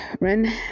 Ren